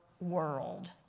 world